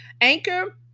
Anchor